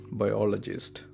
biologist